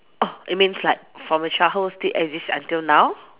oh it means like from the childhood still exists until now